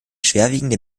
schwerwiegende